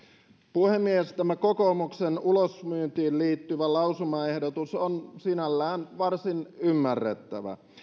puhemies tämä kokoomuksen ulosmyyntiin liittyvä lausumaehdotus on sinällään varsin ymmärrettävä